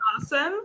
awesome